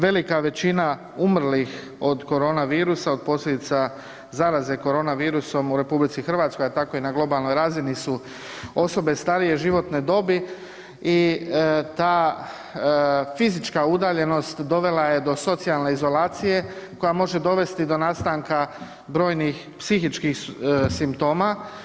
Velika većina umrlih od koronavirusa, od posljedice zaraze koronavirusom u RH, a tako i na globalnoj razini su osobe starije životne dobi i ta fizička udaljenost dovela je do socijalne izolacije koja može dovesti do nastanka brojnih psihičkih simptoma.